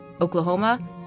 Oklahoma